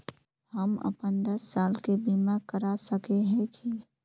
हम अपन दस साल के बीमा करा सके है की?